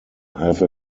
have